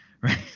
Right